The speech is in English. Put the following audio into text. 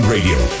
Radio